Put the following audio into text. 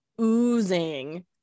oozing